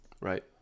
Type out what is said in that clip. Right